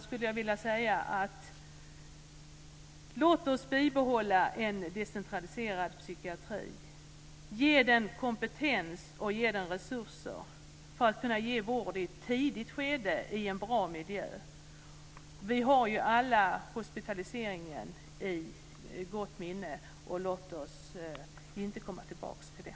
Till sist vill jag säga: Låt oss bibehålla en decentraliserad psykiatri. Ge den kompetens och resurser för att kunna ge vård i ett tidigt skede i en bra miljö. Vi har alla hospitaliseringen i gott minne. Låt oss inte komma tillbaka till det.